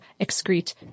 excrete